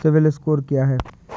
CIBIL score क्या है?